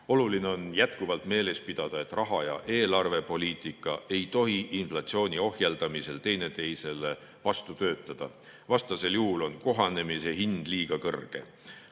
Oluline on jätkuvalt meeles pidada, et raha‑ ja eelarvepoliitika ei tohi inflatsiooni ohjeldamisel teineteisele vastu töötada, vastasel juhul on kohanemise hind liiga kõrge.